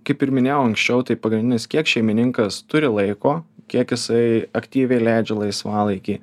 kaip ir minėjau anksčiau tai pagrindinis kiek šeimininkas turi laiko kiek jisai aktyviai leidžia laisvalaikį